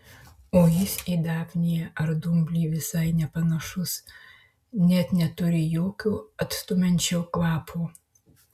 o jis į dafniją ar dumblį visai nepanašus net neturi jokio atstumiančio kvapo